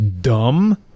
dumb